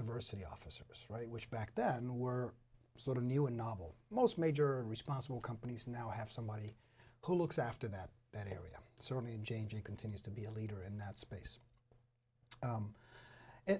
diversity officer right which back then were sort of new and novel most major responsible companies now have somebody who looks after that that area certainly in change and continues to be a leader in that space